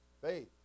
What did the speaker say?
Faith